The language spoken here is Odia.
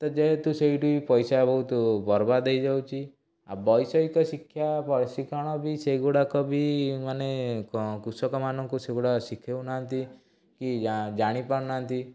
ତ ଯେହେତୁ ସେଇଠି ପଇସା ବହୁତୁ ବର୍ବାଦ ହେଇଯାଉଛି ଆଉ ବୈଷୟିକ ଶିକ୍ଷା ବୈଶିକଣ ବି ସେଇଗୁଡ଼ାକ ବି ମାନେ କୁଷକ ମାନଙ୍କୁ ସେଗୁଡ଼ାକ ଶିଖାଉନାହାଁନ୍ତି କି ଜାଣିପାରୁନାହାଁନ୍ତି